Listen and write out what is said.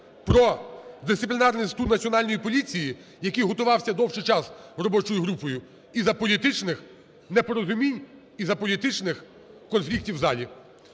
про Дисциплінарний інститут Національної поліції, який готувався довший час робочою групою, із-за політичних непорозумінь, із-за політичних конфліктів в залі.